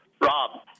Rob